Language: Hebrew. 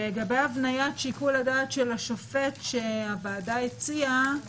לגבי הבניית שיקול הדעת של השופט שהוועדה הציעה,